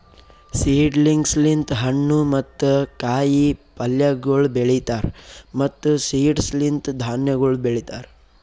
seedlings ಲಿಂತ್ ಹಣ್ಣು ಮತ್ತ ಕಾಯಿ ಪಲ್ಯಗೊಳ್ ಬೆಳೀತಾರ್ ಮತ್ತ್ ಸೀಡ್ಸ್ ಲಿಂತ್ ಧಾನ್ಯಗೊಳ್ ಬೆಳಿತಾರ್